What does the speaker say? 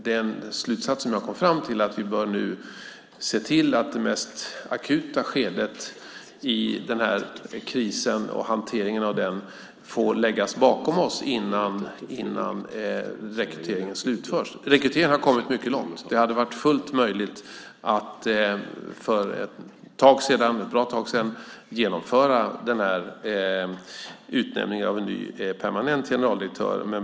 Den slutsats som jag kom fram till är att vi bör se till att det mest akuta skedet av krisen och hanteringen av den får läggas bakom oss innan rekryteringen slutförs. Rekryteringen har kommit långt. Det hade varit fullt möjligt att för ett bra tag sedan genomföra utnämningen av en ny permanent generaldirektör.